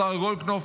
השר גולדקנופ,